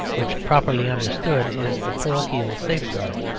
which, properly understood, is the parochial safeguard.